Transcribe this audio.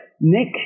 Nick